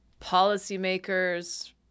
policymakers